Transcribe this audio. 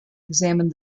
examine